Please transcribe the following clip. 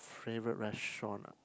favorite restaurant ah